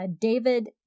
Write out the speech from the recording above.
David